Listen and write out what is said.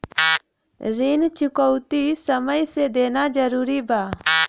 ऋण चुकौती समय से देना जरूरी बा?